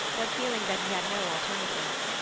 but feeling that he had no alternative,